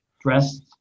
dressed